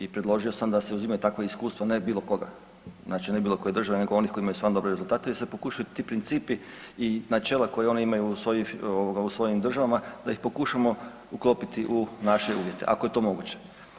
I predložio sam da se uzimaju takva iskustva ne bilo koga, znači ne bilokoje države nego onih koji imaju stvarno dobre rezultate da se pokušaju ti principi i načela koja oni imaju u svojim državama da ih pokušamo uklopiti u naše uvjete, ako je to moguće.